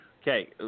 Okay